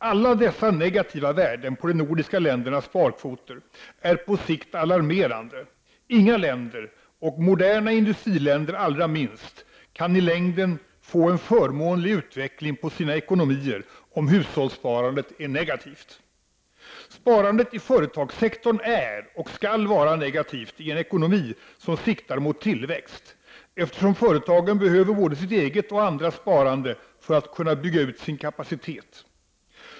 Alla dessa negativa värden på de nordiska ländernas sparkvoter är på sikt alarmerande — inga länder, moderna industriländer allra minst, kan i längden få en förmånlig utveckling på sina ekonomier om hushållssparandet är negativt! Sparandet i företagssektorn är — och skall vara — negativt i en ekonomi som siktar mot tillväxt, eftersom företagen behöver både sitt eget och andras sparande för att kunna bygga ut sin kapacitet.